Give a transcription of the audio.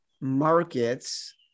markets